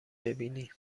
ببینی